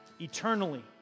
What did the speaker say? eternally